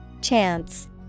Chance